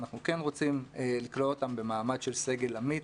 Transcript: אנחנו כן רוצים אותם במעמד של סגל עמית.